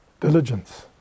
diligence